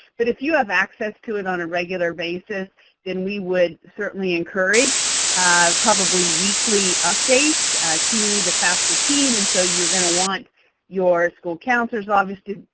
but if you have access to it on a regular basis, then we would certainly encourage probably weekly updates to the fafsa team. and so you're going to want your school counselors office,